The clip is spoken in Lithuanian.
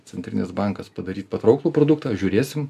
centrinis bankas padaryt patrauklų produktą žiūrėsim